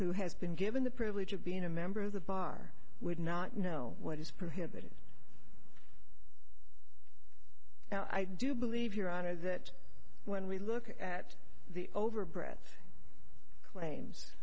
who has been given the privilege of being a member of the bar would not know what is prohibited now i do believe your honor that when we look at the over brett claims